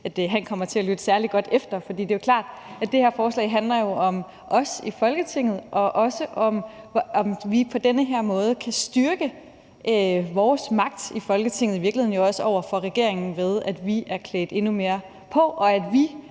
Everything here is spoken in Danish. at han ville lytte særlig godt efter. For det er jo klart, at det her forslag handler om os i Folketinget og også om, at vi på den her måde i virkeligheden kan styrke vores magt i Folketinget over for regeringen ved, at vi er klædt endnu mere på, så vi